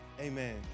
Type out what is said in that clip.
Amen